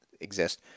exist